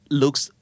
looks